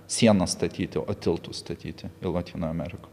sienas statyti o tiltų statyti į lotynų ameriką